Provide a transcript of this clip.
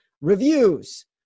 Reviews